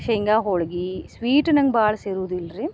ಶೇಂಗಾ ಹೋಳ್ಗಿ ಸ್ವೀಟ್ ನಂಗೆ ಭಾಳ ಸೇರುದಿಲ್ರೀ